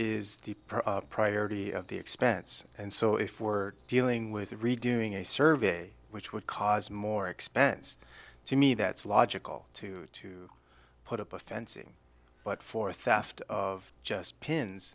proper priority at the expense and so if we're dealing with redoing a survey which would cause more expense to me that's logical to put up a fencing but for theft of just pins